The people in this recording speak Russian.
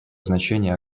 значение